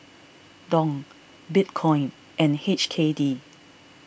Dong Bitcoin and H K D